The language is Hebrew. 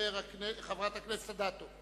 חברת הכנסת אדטו.